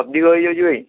ଅଧିକ ହେଇ ଯାଉଛି ଭାଇ